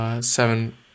seven